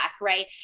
right